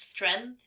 Strength